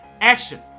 action